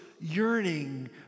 yearning